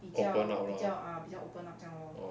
open up lah